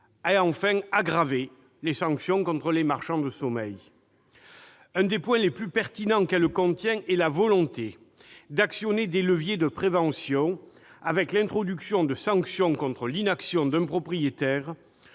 enfin, à aggraver les sanctions contre les marchands de sommeil. Un des points les plus pertinents qu'elle contient est la volonté d'actionner des leviers de prévention, au moyen de l'introduction de sanctions contre l'inaction d'un propriétaire,